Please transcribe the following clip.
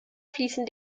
fließen